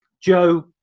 Joe